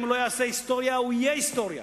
אם הוא לא יעשה היסטוריה הוא יהיה היסטוריה.